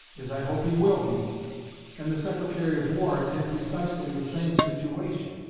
as i hope he will be and the secretary of war is in precisely the same situation.